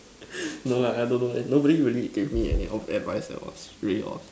no lah I don't know nobody really gave me any of advice that was pretty